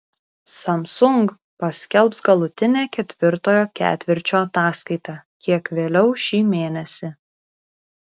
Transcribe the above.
samsung paskelbs galutinę ketvirtojo ketvirčio ataskaitą kiek vėliau šį mėnesį